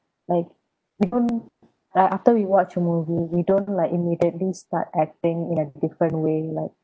like even like after we watch a movie we don't like immediately start acting in a different way like